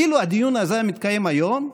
אילו הדיון הזה היה מתקיים היום,